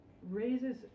raises